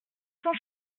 cent